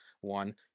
One